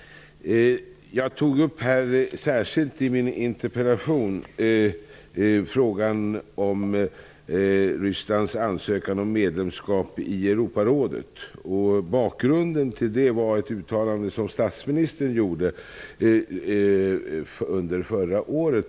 I min interpellation tog jag särskilt upp frågan om Bakgrunden till frågan var ett uttalande som statsministern gjorde under förra året.